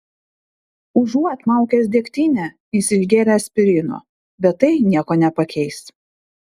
užuot maukęs degtinę jis išgėrė aspirino bet tai nieko nepakeis